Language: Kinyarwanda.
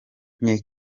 nke